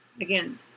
again